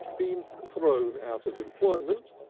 been thrown out of employment,